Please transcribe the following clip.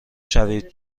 شوید